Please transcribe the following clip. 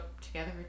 together